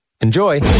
Enjoy